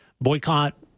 Boycott